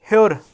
ہیوٚر